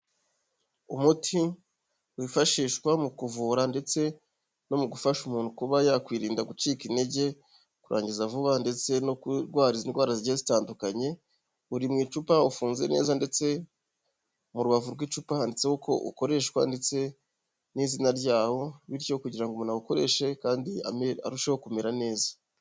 Umuti wifashishwa mu kuvura ndetse no mu gufasha umuntu kuba yakwirinda gucika intege, kurangiza vuba ndetse no kurwara indwara zigiye zitandukanye, uri mu icupa, ufunze neza ndetse mu rubavu rw'icupa handitseho uko ukoreshwa ndetse n'izina ryawo, bityo kugira ngo umuntu awukoreshe kandi arusheho kumera neza.